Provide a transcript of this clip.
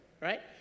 Right